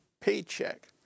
paycheck